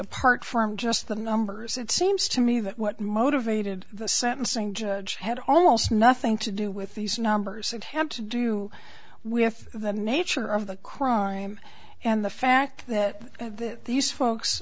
apart from just the numbers it seems to me that what motivated the sentencing judge had almost nothing to do with these numbers and have to do we have the nature of the crime and the fact that these folks